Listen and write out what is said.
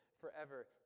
forever